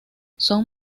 son